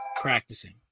practicing